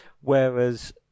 whereas